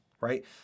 right